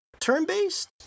Turn-based